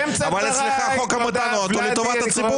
אצלך חוק המתנות הוא לא לטובת הציבור.